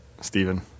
Stephen